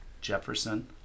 Jefferson